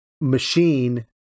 machine